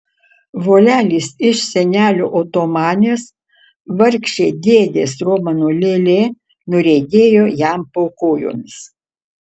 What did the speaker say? volelis iš senelio otomanės vargšė dėdės romano lėlė nuriedėjo jam po kojomis